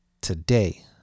today